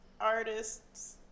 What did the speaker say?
artists